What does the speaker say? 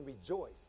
rejoice